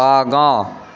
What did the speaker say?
आगाँ